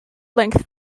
length